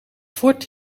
fort